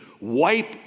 wipe